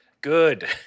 Good